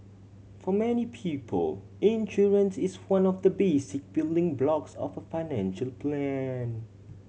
for many people insurance is one of the basic building blocks of a financial plan